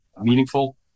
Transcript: meaningful